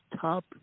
top